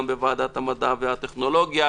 גם בוועדת המדע והטכנולוגיה,